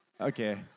Okay